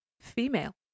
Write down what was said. female